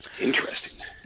Interesting